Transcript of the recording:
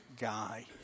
guy